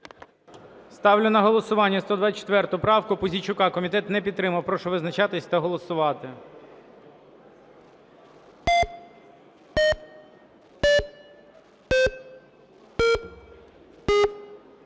Ставлю на голосування 124 правку Пузійчука. Комітет не підтримав. Прошу визначатись та голосувати.